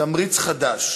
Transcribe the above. תמריץ חדש,